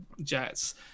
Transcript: jets